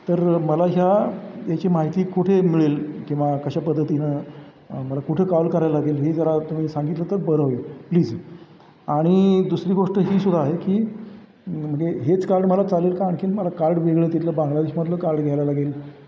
तर मला ह्या याची माहिती कुठे मिळेल किंवा कशा पद्धतीनं मला कुठे कॉल करायला लागेल हे जरा तुम्ही सांगितलं तर बरं होईल प्लीज आणि दुसरी गोष्ट ही सुद्धा आहे की हेच कार्ड मला चालेल का आणखीन मला कार्ड वेगळं तिथलं बांग्लादेशमधलं कार्ड घ्यायला लागेल